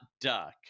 duck